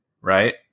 right